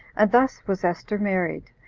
and thus was esther married,